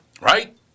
Right